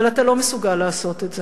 אבל אתה לא מסוגל לעשות את זה,